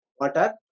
water